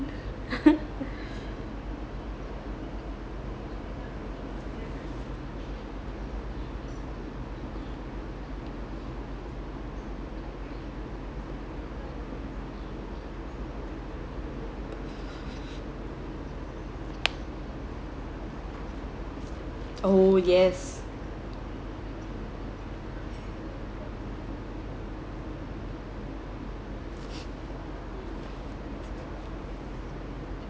oh yes